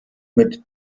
mit